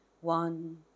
One